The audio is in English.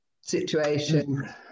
situation